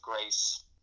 grace